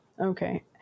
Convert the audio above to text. Okay